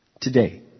Today